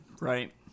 Right